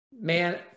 man